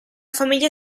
famiglia